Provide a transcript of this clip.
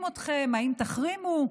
מחרימים אתכם, האם תחרימו?